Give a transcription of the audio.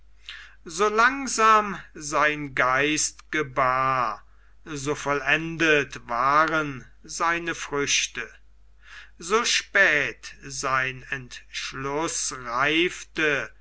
so langsam sein geist gebar so vollendet waren seine früchte so spät sein entschluß reifte